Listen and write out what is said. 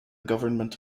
government